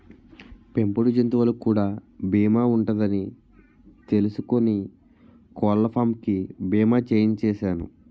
పెంపుడు జంతువులకు కూడా బీమా ఉంటదని తెలుసుకుని కోళ్ళపాం కి బీమా చేయించిసేను